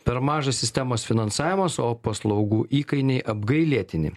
per mažas sistemos finansavimas o paslaugų įkainiai apgailėtini